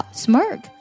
smirk